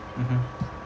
mmhmm